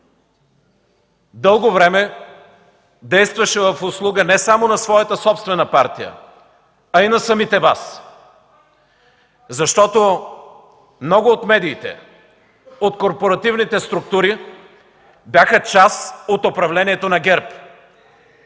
дълго време действаше не само в услуга на своята собствена партия, а и на самите Вас, защото много от медиите, от корпоративните структури бяха част от управлението на ГЕРБ.